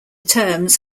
terms